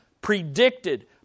predicted